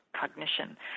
cognition